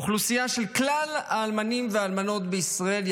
אוכלוסיית כלל האלמנים והאלמנות בישראל,